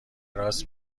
راست